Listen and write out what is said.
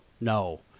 no